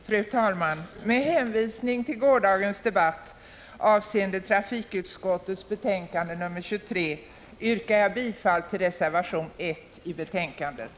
Fru talman! Med hänvisning till gårdagens debatt avseende trafikutskottets betänkande 23 yrkar jag bifall till reservation 1 i betänkandet.